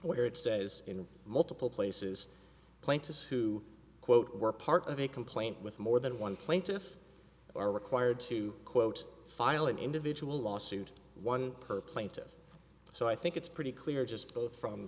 where it says in multiple places plaintiffs who quote were part of a complaint with more than one plaintiff are required to quote file an individual lawsuit one per plaintive so i think it's pretty clear just both from